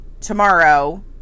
tomorrow